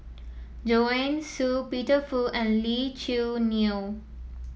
Joanne Soo Peter Fu and Lee Choo Neo